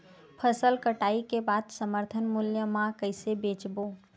फसल कटाई के बाद समर्थन मूल्य मा कइसे बेचबो?